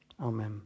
Amen